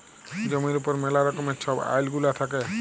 জমির উপর ম্যালা রকমের ছব আইল গুলা থ্যাকে